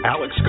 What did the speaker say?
Alex